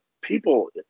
People